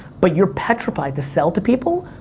but you're petrified to sell to people,